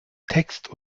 text